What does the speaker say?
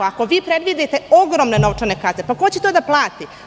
Ako vi predvidite ogromne novčane kazne, pa ko će to da plati?